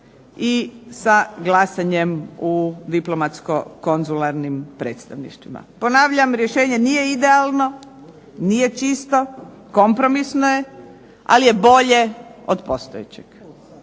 i sa glasanjem u diplomatsko konzularnim predstavništvima. Ponavljam, rješenje nije idealno, nije čisto, kompromisno je, ali je bolje od postojećeg.